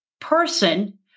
person